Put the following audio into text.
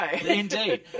Indeed